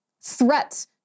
threat